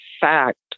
fact